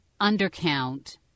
undercount